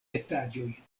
etaĝoj